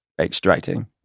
extracting